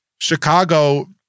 Chicago